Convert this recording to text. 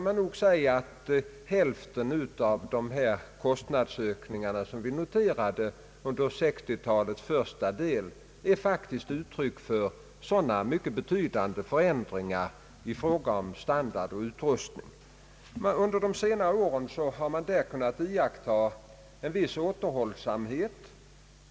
Ungefär hälften av de kostnadsökningar som vi noterade under 1960 talets första del är faktiskt uttryck för sådana mycket betydande förändringar i fråga om standard och utrymme. Under de senare åren har man kunnat iakttaga en viss återhållsamhet härvidlag.